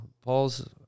Paul's